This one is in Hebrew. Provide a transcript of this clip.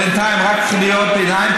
יש בינתיים רק קריאות ביניים,